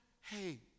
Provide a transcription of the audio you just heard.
hey